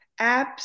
apps